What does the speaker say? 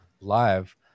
live